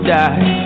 die